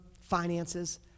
finances